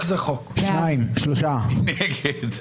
מי נגד?